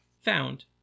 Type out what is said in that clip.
Found